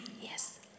Yes